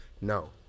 No